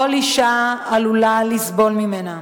כל אשה עלולה לסבול ממנה